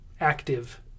active